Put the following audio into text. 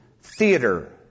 theater